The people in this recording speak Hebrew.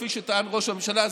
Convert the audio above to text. כפי שטען ראש הממשלה,